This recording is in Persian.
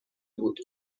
بود